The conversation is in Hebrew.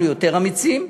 אנחנו יותר אמיצים.